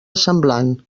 semblant